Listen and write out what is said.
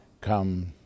come